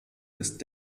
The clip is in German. ist